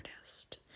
artist